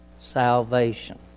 salvation